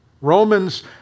Romans